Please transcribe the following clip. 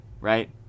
Right